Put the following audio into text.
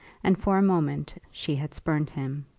and for a moment she had spurned him.